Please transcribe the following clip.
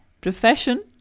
Profession